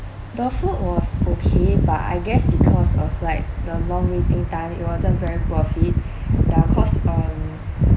the food was okay but I guess because of like the long waiting time it wasn't very worth it yeah cause um